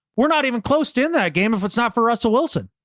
we're not even close to in that game, if it's not for russell wilson.